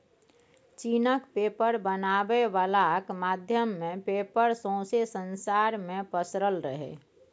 चीनक पेपर बनाबै बलाक माध्यमे पेपर सौंसे संसार मे पसरल रहय